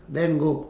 then go